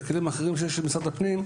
וכלים אחרים שיש למשרד הפנים,